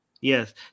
yes